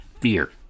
Fear